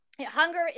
hunger